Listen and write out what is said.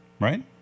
Right